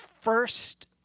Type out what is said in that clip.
first